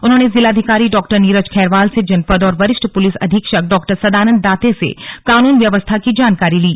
उन्होंने जिलाधिकारी डॉ नीरज खैरवाल से जनपद और वरिष्ठ पुलिस अधीक्षक डॉ सदानंद दाते से कानून व्यवस्था की जानकारी ली